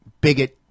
bigot